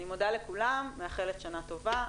אני מודה לכולם ומאחלת שנה טובה.